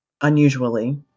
unusually